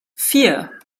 vier